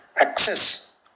access